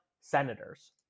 Senators